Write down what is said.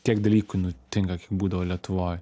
tiek dalykų nutinka kai būdavo lietuvoj